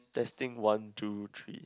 testing one two three